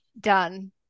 Done